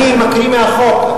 אני מקריא מהחוק.